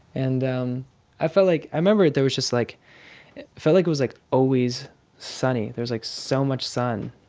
and um i felt like i remember there was just, like it felt like it was, like, always sunny. there was, like, so much sun,